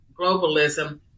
globalism